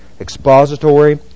expository